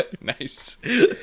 Nice